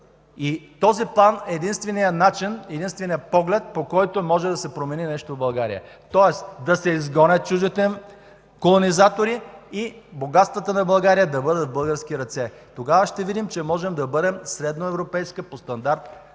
Този план е единственият начин, единственият поглед, по който може да се промени нещо в България, тоест да се изгонят чуждите колонизатори и богатствата на България да бъдат в български ръце. Тогава ще видим, че можем да бъдем средно европейска по стандарт